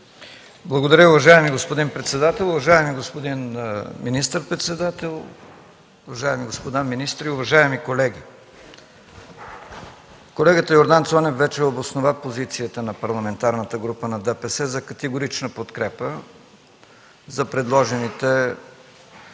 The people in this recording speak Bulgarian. Благодаря, уважаеми господин председател. Уважаеми господин министър-председател, уважаеми господа министри, уважаеми колеги! Колегата Йордан Цонев вече обоснова позицията на Парламентарната група на Движението за права и свободи за категорична подкрепа за предложените